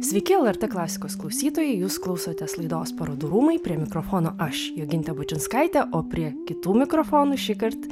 sveiki lrt klasikos klausytojai jūs klausotės laidos parodų rūmai prie mikrofono aš jogintė bučinskaitė o prie kitų mikrofonų šįkart